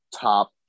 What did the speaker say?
top